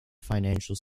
financial